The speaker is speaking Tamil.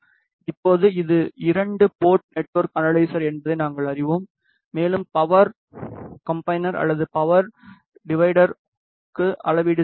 இப்போது இது இரண்டு போர்ட் நெட்வொர்க் அனலைசர் என்பதை நாங்கள் அறிவோம் மேலும் பவர் காம்பினெர் அல்லது பவர் டிவைடருக்கு அளவீடு செய்கிறோம்